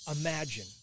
Imagine